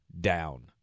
down